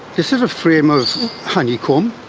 this is a frame of honeycomb.